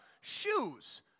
shoes